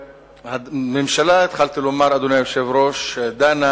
הממשלה התחלתי לומר, אדוני היושב-ראש, דנה